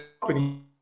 company